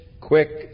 quick